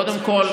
קודם כול,